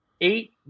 Eight